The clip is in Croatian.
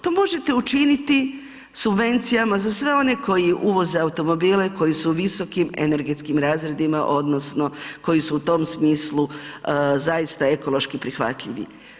To možete učiniti subvencijama za sve one koji uvoze automobile koji su u visokim energetskim razredima odnosno koji su u tom smislu zaista ekološki prihvatljivi.